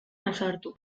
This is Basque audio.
ausartu